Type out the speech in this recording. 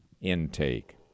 intake